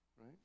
right